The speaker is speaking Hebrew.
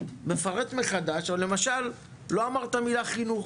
מפרט מחדש למשל, לא אמרת את המילה "חינוך",